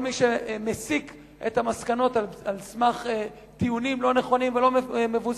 כל מי שמסיק את המסקנות על סמך טיעונים לא נכונים ולא מבוססים,